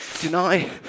deny